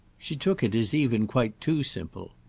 she took it as even quite too simple.